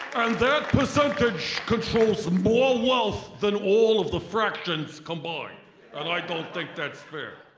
that percentage controls more wealth than all of the fractions combined and i don't think that's fair.